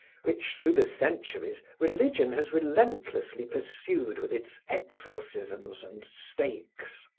which through the centuries religion has relentlessly pursued with its exorcisms and stakes.